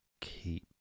keep